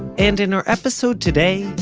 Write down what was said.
and in our episode today,